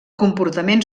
comportament